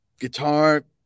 guitar